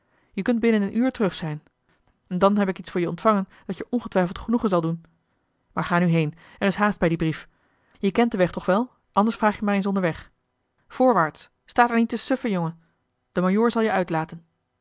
je kunt binnen een uur terug zijn en dan heb ik iets voor je ontvangen dat je ongetwijfeld genoegen zal doen maar ga nu heen er is haast bij dien brief je kent den weg toch wel anders vraag je maar eens onderweg voorwaarts sta daar niet te suffen jongen de majoor zal je uitlaten